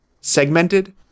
segmented